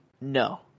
no